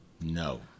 No